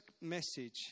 message